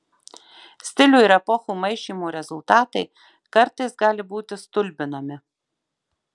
stilių ir epochų maišymo rezultatai kartais gali būti stulbinami